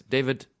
David